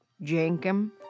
Jankum